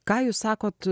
ką jūs sakot